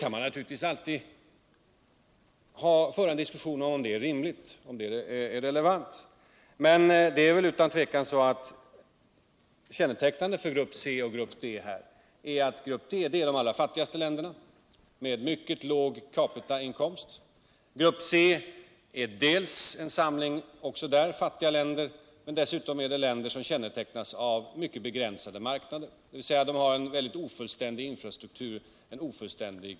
Man kan naturligtvis alltid föra en diskussion om huruvida detta är rimligt eller relevant, men det är utan tvivel kännetecknande för grupp D att den innehåller de allra fattigaste länderna med mycket låg percapitainkomst och för grupp C att den också innehåller en samling fattiga länder men dessutom även länder som har mycket begränsade marknader. De har alltså en mycket ofullständig infrastruktur och ekonomisk utveckling.